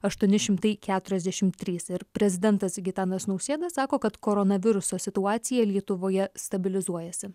aštuoni šimtai keturiasdešim trys ir prezidentas gitanas nausėda sako kad koronaviruso situacija lietuvoje stabilizuojasi